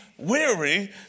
Weary